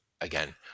again